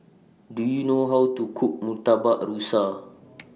Do YOU know How to Cook Murtabak Rusa